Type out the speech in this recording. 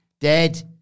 Dead